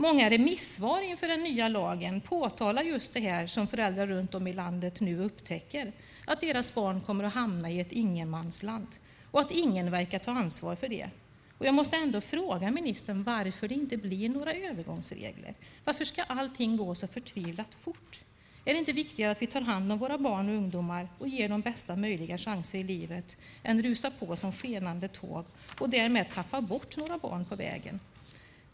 Många remissvar inför den nya lagen påtalar just det som föräldrar runt om i landet nu upptäcker, att dessa barn kommer att hamna i ett ingenmansland och att ingen verkar ta ansvar för det. Jag måste därför fråga ministern varför det inte blir några övergångsregler. Varför ska allting gå så förtvivlat fort? Är det inte viktigare att vi tar hand om våra barn och ungdomar och ger dem de bästa möjliga chanserna i livet än att vi rusar på som skenande tåg och därmed tappar bort några barn på vägen?